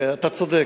אתה צודק.